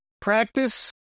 Practice